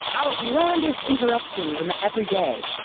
outlandish interruptions in the every day,